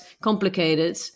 complicated